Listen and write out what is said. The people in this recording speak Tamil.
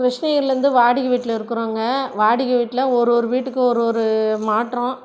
கிருஷ்ணகிரிலேருந்து வாடகை வீட்டில இருக்கிறோங்க வாடகை வீட்டில ஒரு ஒரு வீட்டுக்கு ஒரு ஒரு மாற்றம்